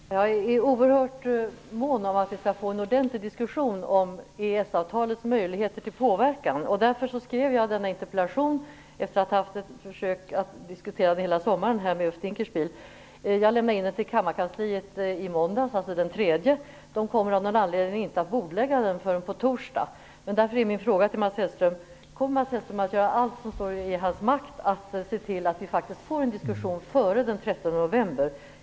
Herr talman! Jag är oerhört mån om att vi skall få en ordentlig diskussion om möjligheten att påverka EES-avtalet. Därför skrev jag en interpellation efter att hela sommaren försökt diskutera frågan med Ulf Dinkelspiel. Jag lämnade interpellationen till kammarkansliet måndagen den 3 oktober. Den kommer av någon anledning inte att anmälas förrän i dag. Därför är min fråga till Mats Hellström: Kommer Mats Hellström att göra allt som står i hans makt att se till att vi faktiskt får en diskussion före den 13 november?